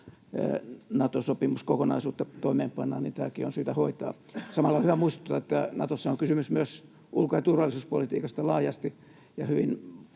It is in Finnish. Nato-sopimuskokonaisuutta toimeenpannaan, niin tämäkin on syytä hoitaa. Samalla on hyvä muistuttaa, että Natossa on kysymys myös ulko- ja turvallisuuspolitiikasta laajasti.